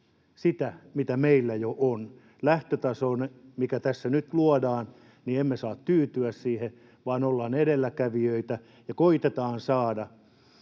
sitä, mitä meillä jo on. Lähtötasoon, mikä tässä nyt luodaan, emme saa tyytyä, vaan ollaan edelläkävijöitä ja koetetaan saada